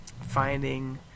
finding